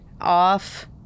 off